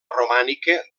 romànica